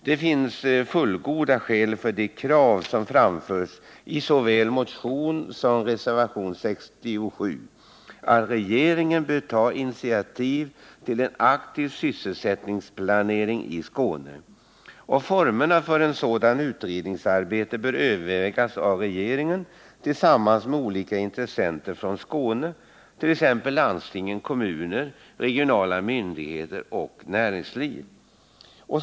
Det finns fullgoda skäl för det krav som framförs i såväl motionen 2061 som reservationen 67 på att regeringen skall ta initiativ till en aktiv sysselsättningsplanering i Skåne. Formerna för ett sådant utredningsarbete bör övervägas av regeringen tillsammans med olika intressenter från Skåne, t.ex. landsting och kommuner, regionala myndigheter och näringsliv samt fackliga organisationer.